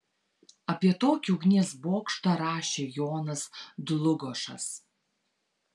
apie tokį ugnies bokštą rašė jonas dlugošas